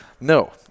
no